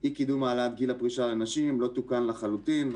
אי קידום העלאת גיל הפרישה לנשים לא תוקן לחלוטין.